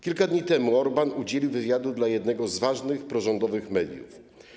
Kilka dni temu Orbán udzielił wywiadu dla jednego z ważnych prorządowych mediów.